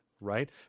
right